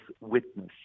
witness